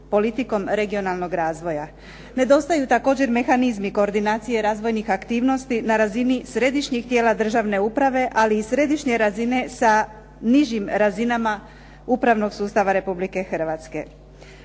politikom regionalnog razvoja. Nedostaju također mehanizmi koordinacije razvojnih aktivnosti na razini središnjih tijela državne uprave, ali i središnje razine sa nižim razinama upravnog sustava Republike Hrvatske.